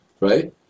right